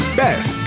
best